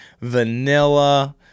vanilla